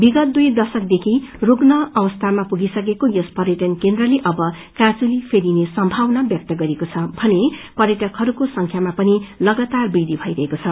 विगत दुइ दश्रक देखि रूम्न अवस्यामा पुगिसकेको यस प्यटन केन्द्रले अव काँचुली फेने सम्भावना व्यक्त गरिएको छ भने प्यटकहरूको संख्यामा पनि लगातार वृद्धि भइरहेको छ